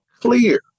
clear